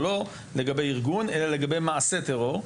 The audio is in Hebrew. אבל לא לגבי ארגון אלא לגבי מעשה טרור.